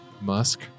Musk